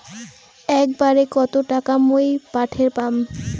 একবারে কত টাকা মুই পাঠের পাম?